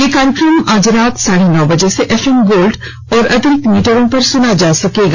इस कार्यक्रम को आज रात साढ़े नौ बजे से एफएम गोल्डल और अतिरिक्त मीटरों पर सुना जा सकता है